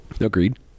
Agreed